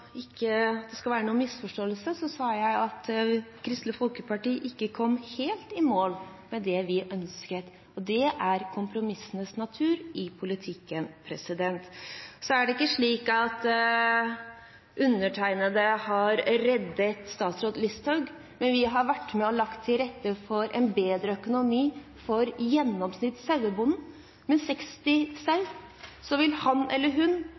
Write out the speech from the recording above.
det ikke skal være noen misforståelse: Det jeg sa, var at Kristelig Folkeparti ikke kom helt i mål med det vi ønsket, og det er kompromissenes natur i politikken. Det er ikke slik at undertegnede har «reddet» statsråd Listhaug, men vi har vært med og lagt til rette for en bedre økonomi for gjennomsnittssauebonden. Med 60 sauer vil han eller hun